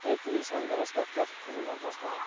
ہے تٔمیٖز سان کَر حظ کَتھ کیٛاہ چھُکھ فضوٗل بکواس کَران